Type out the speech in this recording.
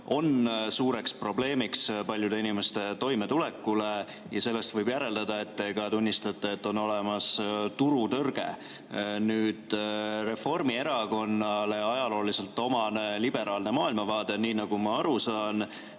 on suureks probleemiks paljude inimeste toimetulekule ja sellest võib järeldada, et te ka tunnistate, et on olemas turutõrge. Reformierakonnale ajalooliselt omane liberaalne maailmavaade, nii nagu ma aru saan,